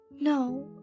No